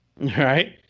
right